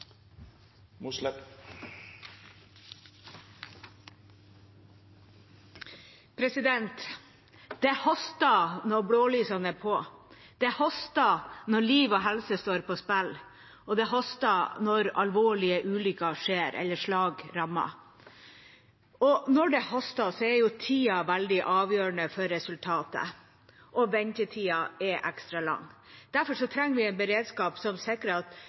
Det haster når blålysene er på. Det haster når liv og helse står på spill. Det haster når alvorlige ulykker skjer eller slag rammer. Og når det haster, er tida veldig avgjørende for resultatet, og ventetida er ekstra lang. Derfor trenger vi en beredskap som sikrer at